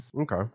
Okay